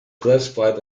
classified